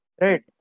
right